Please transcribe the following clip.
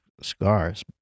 scars